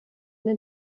den